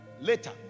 later